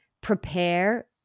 prepare